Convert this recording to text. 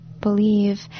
Believe